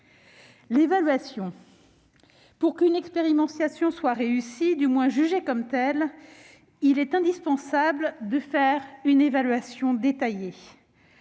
Premièrement, pour qu'une expérimentation soit réussie- du moins, jugée comme telle -, il est indispensable de faire une évaluation détaillée.